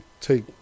take